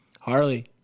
Harley